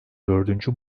dördüncü